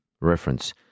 reference